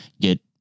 get